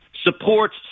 supports